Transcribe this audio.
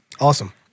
awesome